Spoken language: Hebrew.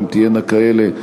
אם תהיינה כאלה,